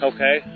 Okay